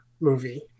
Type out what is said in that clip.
movie